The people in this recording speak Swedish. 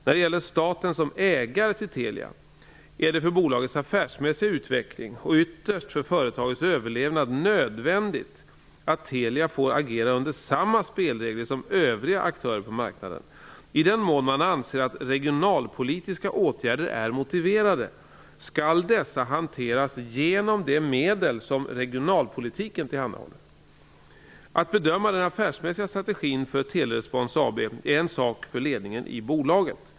När det gäller staten som ägare till Telia är det för bolagets affärsmässiga utveckling och ytterst för företagets överlevnad nödvändigt att Telia får agera under samma spelregler som övriga aktörer på marknaden. I den mån man anser att regionalpolitiska åtgärder är motiverade skall dessa hanteras genom de medel som regionalpolitiken tillhandahåller. Att bedöma den affärsmässiga strategin för Telerespons AB är en sak för ledningen i bolaget.